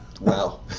Wow